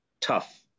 tough